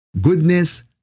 goodness